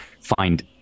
find